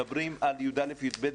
מדברים על י"א י"ב,